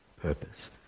purpose